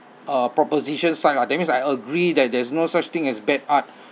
uh proposition side lah that means I agree that there's no such thing as bad art